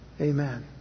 Amen